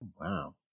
Wow